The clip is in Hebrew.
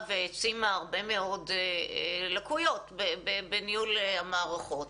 והעצימה הרבה מאוד לקויות בניהול המערכות.